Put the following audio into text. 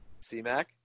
C-Mac